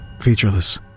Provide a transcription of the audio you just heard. featureless